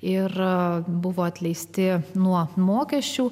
ir buvo atleisti nuo mokesčių